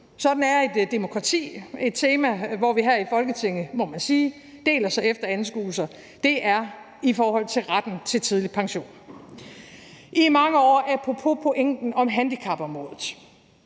Sådan er et demokrati, og et tema, hvor vi her i Folketinget, må man sige, deler os efter anskuelser er i forhold til retten til en tidlig pension. I mange år – apropos pointen om handicapområdet